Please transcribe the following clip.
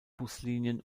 buslinien